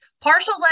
partial